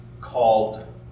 called